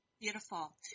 Beautiful